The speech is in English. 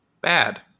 Bad